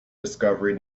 discovery